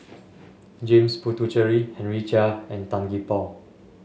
James Puthucheary Henry Chia and Tan Gee Paw